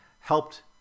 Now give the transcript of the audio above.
helped